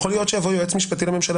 יכול להיות שיבוא יועץ משפטי לממשלה